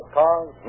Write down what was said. cars